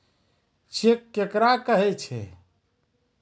Cheque केकरा कहै छै?